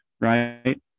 right